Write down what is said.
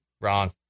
Wrong